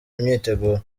imyiteguro